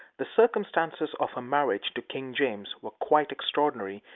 the circumstances of her marriage to king james were quite extraordinary,